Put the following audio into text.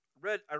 read